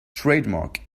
trademark